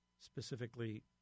Specifically